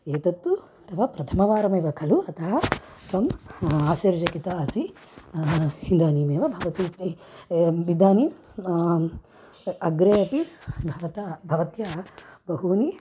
एतत्तु तव प्रथमवारमेव खलु अतः त्वं आश्चर्यचकिता असि इदानीमेव भवतु इदानीं अग्रे अपि भवता भवत्या बहूनि